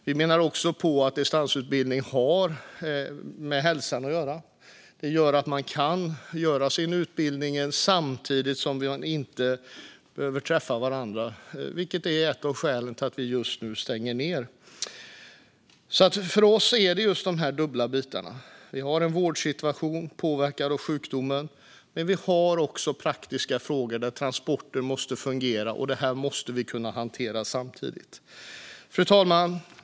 Vi menar också att distansutbildning har med hälsan att göra. Det gör att människor kan genomgå sin utbildning utan att de behöver träffa varandra, vilket är ett av skälen till att vi just nu stänger ned. För oss är det just de här dubbla bitarna, en vårdsituation påverkad av sjukdomen men också praktiska frågor för att transporter ska fungera, och dessa måste vi kunna hantera samtidigt. Fru talman!